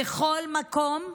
בכל מקום.